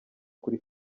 kuri